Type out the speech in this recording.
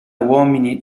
uomini